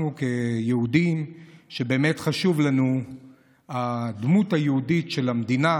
אנחנו כיהודים שבאמת חשובה להם הדמות היהודית של המדינה,